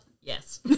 Yes